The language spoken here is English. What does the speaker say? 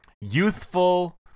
Youthful